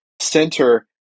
center